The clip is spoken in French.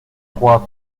trois